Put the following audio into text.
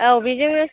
औ बिजोंनो